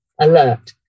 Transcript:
alert